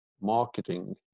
marketing